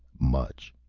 much.